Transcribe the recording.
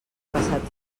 passat